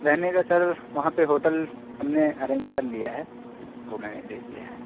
رہنے کا سر وہاں پہ ہوٹل ہم نے ارینج کر لیا ہے وہ میں نے لے لیا ہے